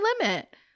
limit